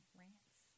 rants